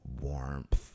warmth